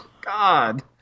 God